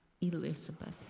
Elizabeth